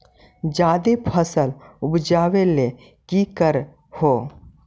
जादे फसल उपजाबे ले की कर हो?